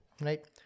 right